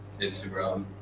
Instagram